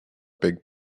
big